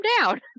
down